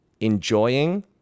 enjoying